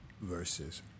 versus